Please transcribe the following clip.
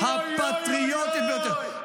-- הפטריוטית ביותר.